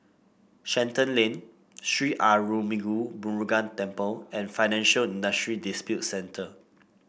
Shenton Lane Sri Arulmigu Murugan Temple and Financial Industry Disputes Center